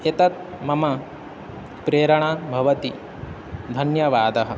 एतत् मम प्रेरणा भवति धन्यवादः